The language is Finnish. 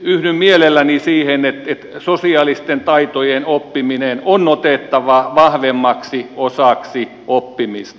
yhdyn mielelläni siihen että sosiaalisten taitojen oppiminen on otettava vahvemmaksi osaksi oppimista